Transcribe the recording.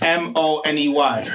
money